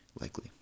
likely